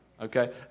Okay